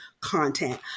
content